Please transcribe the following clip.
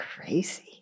crazy